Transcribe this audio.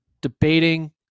debating